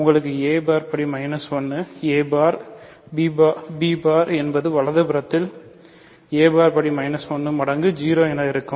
உங்களுக்கு a bar படி 1 a bar b bar என்பது வலதுபுறத்தில் a பார் படி 1 மடங்கு 0 என இருக்கும்